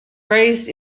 raised